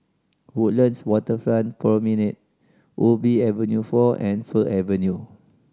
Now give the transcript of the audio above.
Woodlands Waterfront Promenade Ubi Avenue Four and Fir Avenue